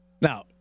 Now